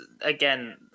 again